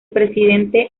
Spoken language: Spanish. presidente